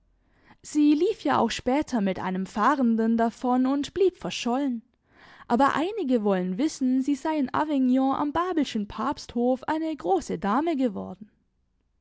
sie lief ja auch später mit einem fahrenden davon und blieb verschollen aber einige wollen wissen sie sei in avignon am babelschen papsthof eine große dame geworden